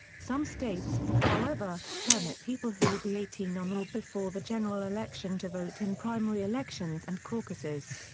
some states, however, permit people who will be eighteen on or before the general election to vote in primary elections and caucuses.